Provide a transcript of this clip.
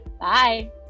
Bye